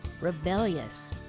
rebellious